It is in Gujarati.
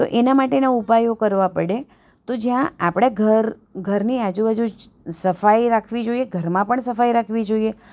તો એના માટેના ઉપાયો કયા કરવા પડે તો જ્યાં આપણાં ઘર ઘરની આજુ બાજુ સફાઈ રાખવી જોઈએ ઘરમાં પણ સફાઈ રાખવી જોઈએ